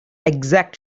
exact